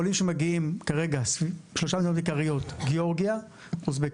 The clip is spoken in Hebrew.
העולים שמגיעים כרגע משלוש מדינות עיקריות: אוזבקיסטן,